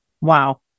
Wow